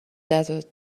desert